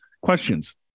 Questions